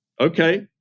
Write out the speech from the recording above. Okay